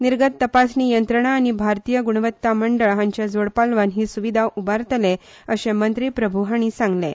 निर्गत तपासणी यंत्रणा आनी भारतीय गुणवत्ता मंडळ हांच्या जोडपालवान ही सुविधा उबरतले अशें मंत्री प्रभू हांणी सांगलें